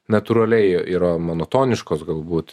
natūraliai yra monotoniškos galbūt